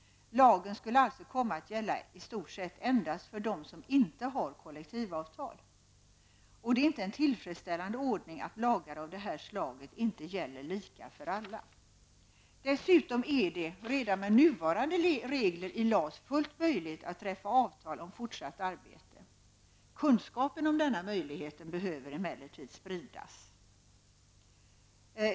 Lagen skulle alltså komma att gälla i stort sett endast för dem som inte har kollektivavtal. Och det är inte en tillfredsställande ordning att lagar av det här slaget inte gäller lika för alla. Dessutom är det redan med nuvarande regler i LAS fullt möjligt att träffa avtal om fortsatt arbete. Kunskapen om denna möjlighet behöver emellertid spridas.